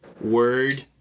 word